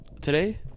today